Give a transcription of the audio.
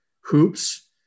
hoops